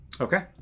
Okay